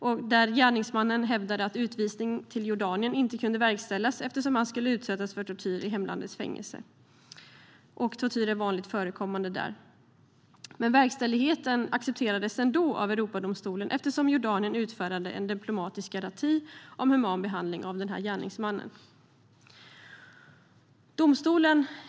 Där hävdade gärningsmannen att utvisningen till Jordanien inte kunde verkställas eftersom han skulle utsättas för tortyr i hemlandets fängelse och att tortyr är vanligt förekommande där. Verkställighet accepterades ändå av Europadomstolen eftersom Jordanien utfärdade en diplomatisk garanti om human behandling av gärningsmannen.